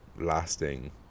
lasting